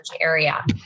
area